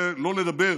זה לא לדבר